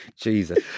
Jesus